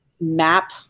map